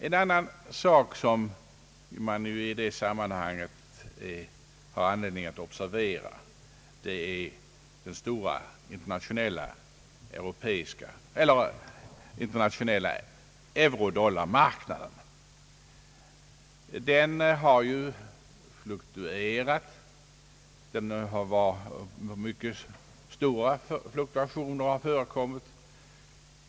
En annan sak som det finns anledning att observera i sammanhanget är utvecklingen på den stora internationella eurodollarmarknaden, där mycket stora fluktuationer har förekommit.